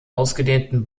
ausgedehnten